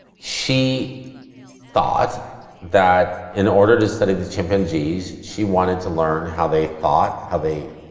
she thought that in order to study the chimpanzees, she wanted to learn how they thought, how they,